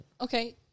Okay